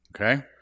Okay